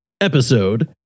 episode